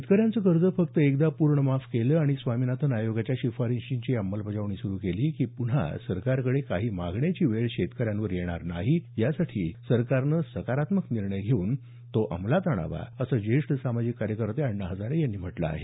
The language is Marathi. शेतकऱ्यांचं कर्ज फक्त एकदा पूर्ण माफ केलं आणि स्वामीनाथन आयोगाच्या शिफारशींची अंमलबजावणी सुरू केली की पुन्हा सरकारकडे काही मागण्याची वेळ शेतकऱ्यांवर येणार नाही यासाठी सरकारनं सकारात्मक निर्णय घेऊन तो अंमलात आणावा असं ज्येष्ठ सामाजिक कार्यकर्ते अण्णा हजारे यांनी म्हटलं आहे